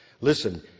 Listen